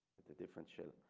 the different shell.